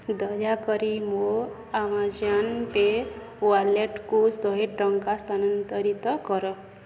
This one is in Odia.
ଦୟାକରି ମୋ ଆମାଜନ୍ ପେ ୱାଲେଟକୁ ଶହେ ଟଙ୍କା ସ୍ଥାନାନ୍ତରିତ କର